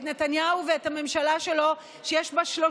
אי-אפשר